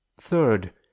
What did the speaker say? Third